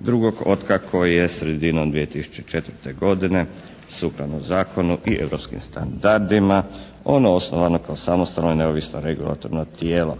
drugog od kako je sredinom 2004. godine sukladno zakonu i europskim standardima ono osnovano kao samostalno i neovisno regulatorno tijelo.